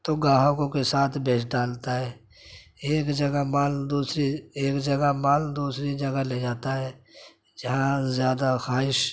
تو گاہکوں کے ساتھ بیچ ڈالتا ہے ایک جگہ مال دوسری ایک جگہ مال دوسری جگہ لے جاتا ہے جہاں زیادہ خواہش